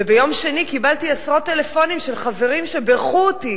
וביום שני קיבלתי עשרות טלפונים של חברים שבירכו אותי.